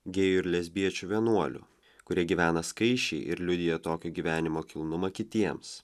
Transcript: gėjų ir lesbiečių vienuolių kurie gyvena skaisčiai ir liudija tokį gyvenimo kilnumą kitiems